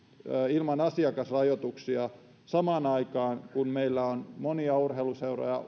ilman asiakasrajoituksia samaan aikaan kun meillä on monia urheiluseuroja